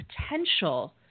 potential